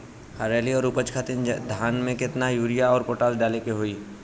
हरियाली और उपज खातिर धान में केतना यूरिया और पोटाश डाले के होई?